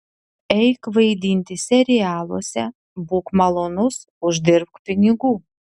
eik vaidinti serialuose būk malonus uždirbk pinigų